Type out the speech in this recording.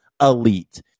elite